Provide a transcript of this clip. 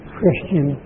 Christian